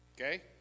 okay